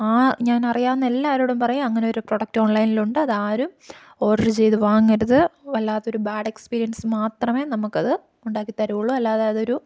ആ ഞാൻ അറിയാവുന്ന എല്ലാവരോടും പറയും അങ്ങനെ ഒരു പ്രൊഡക്റ്റ് ഓൺലൈനിലുണ്ട് അതാരും ഓർഡർ ചെയ്തു വാങ്ങരുത് വല്ലാത്തൊരു ബാഡ് എക്സ്പീരിയൻസ് മാത്രമെ നമുക്കത് ഉണ്ടാക്കി തരികയുള്ളു അല്ലാതെ അതൊരു